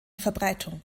verbreitung